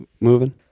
moving